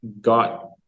got